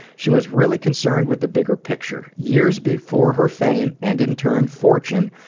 she was really concerned with the bigger picture. years before her fame, and in turn, fortune,